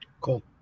Cool